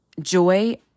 joy